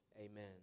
amen